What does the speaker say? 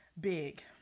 Big